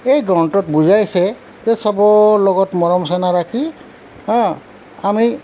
এই গ্ৰন্থত বুজাইছে যে চবৰ লগত মৰম চেনেহ ৰাখি আমি